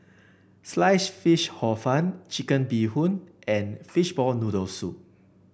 Sliced Fish Hor Fun Chicken Bee Hoon and Fishball Noodle Soup